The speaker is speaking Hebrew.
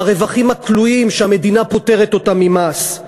ברווחים הכלואים שהמדינה פוטרת אותם ממס,